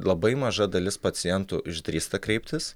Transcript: labai maža dalis pacientų išdrįsta kreiptis